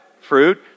fruit